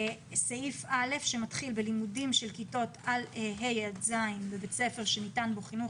סעיף (א) שמתחיל ב"לימודים של כיתות ה' עד ז' בבית ספר שניתן בו חינוך